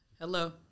hello